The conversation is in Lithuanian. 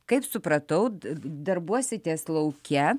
kaip supratau darbuositės lauke